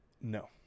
No